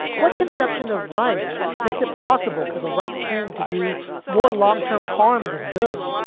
what conception of right makes it possible for the right thing to do more long term harm than good?